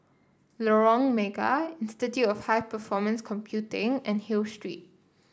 Lorong Mega Institute of High Performance Computing and Hill Street